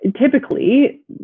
typically